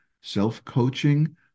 Self-Coaching